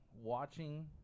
watching